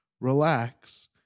relax